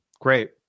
Great